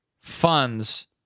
funds